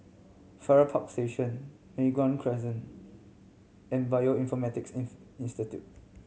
Farrer Park Station Mei Hwan Crescent and Bioinformatics Institute